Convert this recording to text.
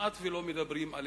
כמעט לא מדברים עליהם.